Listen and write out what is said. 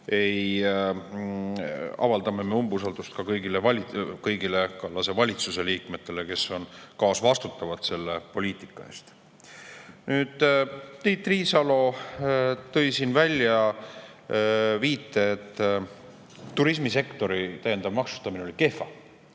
avaldame me umbusaldust ka kõigile Kallase valitsuse liikmetele, kes on kaasvastutavad selle poliitika eest. Tiit Riisalo tegi siin viite, et turismisektori täiendav maksustamine oli kehva